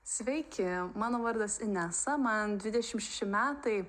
sveiki mano vardas inesa man dvidešimt šeši metai